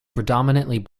predominantly